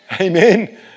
amen